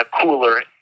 cooler